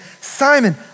Simon